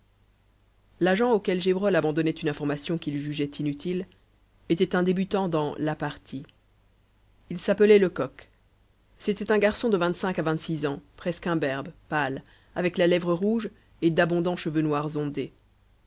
l'agent auquel gévrol abandonnait une information qu'il jugeait inutile était un débutant dans la partie il s'appelait lecoq c'était un garçon de vingt-cinq à vingt-six ans presque imberbe pâle avec la lèvre rouge et d'abondants cheveux noirs ondés